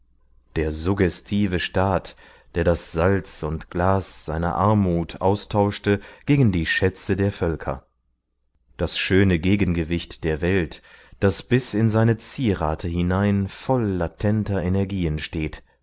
der suggestive staat der das salz und glas seiner armut austauschte gegen die schätze der völker das schöne gegengewicht der welt das bis in seine zierate hinein voll latenter energien steht